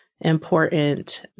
important